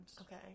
Okay